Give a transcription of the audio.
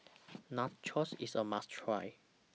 Nachos IS A must Try